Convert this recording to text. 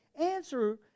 answer